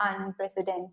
unprecedented